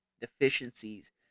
deficiencies